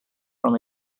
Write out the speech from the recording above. from